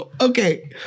Okay